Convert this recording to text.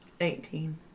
Eighteen